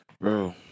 Bro